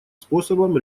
способом